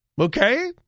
Okay